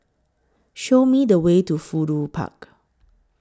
Show Me The Way to Fudu Park